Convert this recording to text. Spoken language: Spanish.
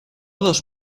dos